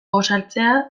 gosaltzea